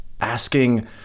asking